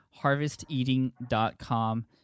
HarvestEating.com